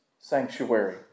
sanctuary